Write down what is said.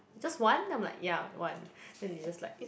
just one I'm like ya one then they just like